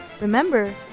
remember